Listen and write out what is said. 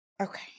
okay